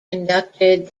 conducted